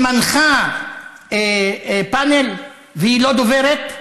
שמנחה פאנל והיא לא דוברת?